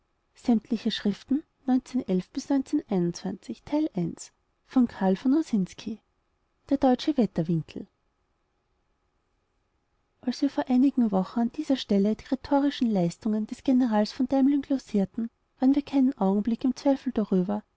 als wir vor einigen wochen an dieser stelle die rhetorischen leistungen des generals von deimling glossierten waren wir keinen augenblick im zweifel darüber